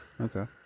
Okay